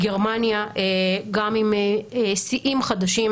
גרמניה גם עם שיאים חדשים,